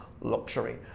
Luxury